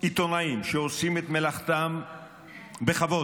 עיתונאים שעושים את מלאכתם בכבוד,